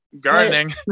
Gardening